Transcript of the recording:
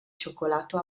cioccolato